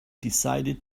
decided